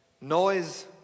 noise